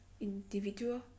Individual